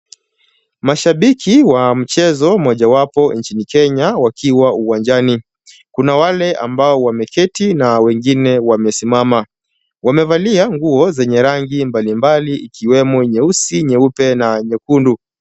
Mashabiki wa mchezo mojawapo nchini Kenya wakiwa uwanjani. Kuna wale ambao wameketi na wengine wamesimama. Wamevalia nguo zenye rangi mbalimbali ikiwemo nyeusi, nyeupe na nyekundu.